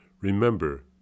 Remember